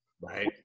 Right